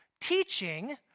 teaching